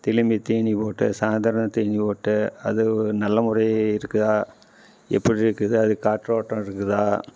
திலும்பி தீனி போட்டு சாயந்தரம் தீனி போட்டு அது நல்ல முறை இருக்குதா எப்படி இருக்குது அது காற்றோட்டம் இருக்குதா